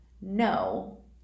no